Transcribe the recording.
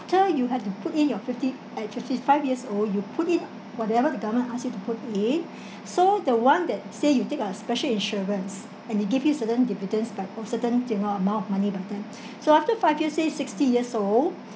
after you have to put in your fifty at your fifty five years old you put it whatever the government ask you to put in so the one that say you take uh special insurance and they give you certain dividends but of certain general amount of money but then so after five years say sixty years old